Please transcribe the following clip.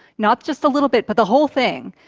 not just a little bit but the whole thing,